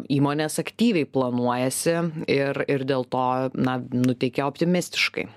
įmonės aktyviai planuojasi ir ir dėl to na nuteikia optimistiškai